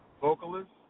vocalists